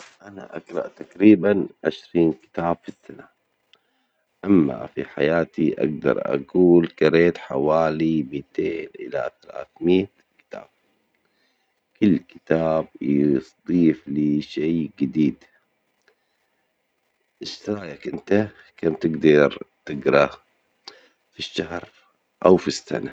أنا أجرأ تقريبا عشرين كتاب في السنة، أما بحياتي أجدر أجول جريت حوالي متين إلى تلاتميت كتاب، كل كتاب يضيف لي شئ جديد، إيش رأيك إنت ممكن تجدر تجرا في الشهر أو في السنة؟